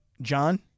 John